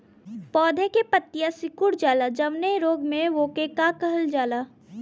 पौधन के पतयी सीकुड़ जाला जवने रोग में वोके का कहल जाला?